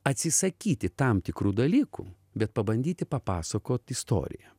atsisakyti tam tikrų dalykų bet pabandyti papasakot istoriją